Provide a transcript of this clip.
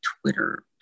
Twitter